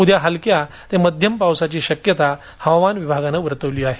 उद्या हलक्या ते मध्यम पावसाची शक्यता हवामान विभागानं वर्तवली आहे